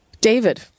David